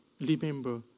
remember